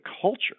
culture